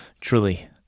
truly